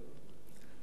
זלמן שזר,